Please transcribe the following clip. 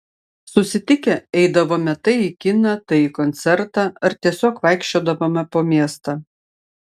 susitikę eidavome tai į kiną tai į koncertą ar tiesiog vaikščiodavome po miestą